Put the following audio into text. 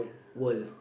world